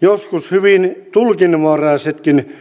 joskus hyvin tulkinnanvaraisetkin